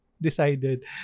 decided